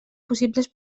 possibles